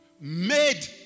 made